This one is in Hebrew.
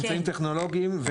אמצעים טכנולוגיים,